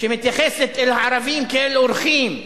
שמתייחסת אל הערבים כאל אורחים.